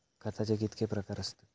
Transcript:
खताचे कितके प्रकार असतत?